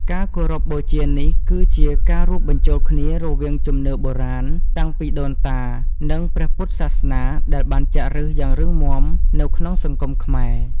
ការគោរពបូជានេះគឺជា ការរួមបញ្ចូលគ្នារវាង ជំនឿបុរាណ តាំងពីដូនតា និង ព្រះពុទ្ធសាសនា ដែលបានចាក់ឫសយ៉ាងរឹងមាំនៅក្នុង សង្គមខ្មែរ។